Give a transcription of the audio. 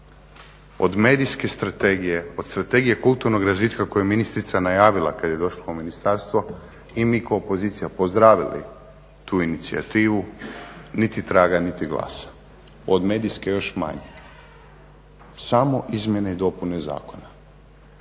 od Medijske strategije od Strategije kulturnog razvitka koje je ministrica najavila kada je došla u ministarstvo i mi kao opozicija pozdravili tu inicijativu, niti traga niti glasa, od medijske još manje. Samo izmjene i dopune zakona.